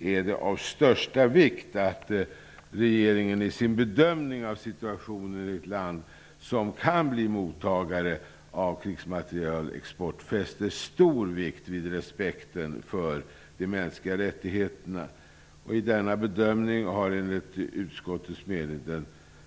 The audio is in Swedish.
är det av största vikt att regeringen i sin bedömning av situationen i ett land som kan bli mottagare av krigsmaterielexport fäster stor vikt vid respekten för de mänskliga rättigheterna. I denna bedömning har enligt utskottets mening den